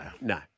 No